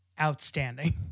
outstanding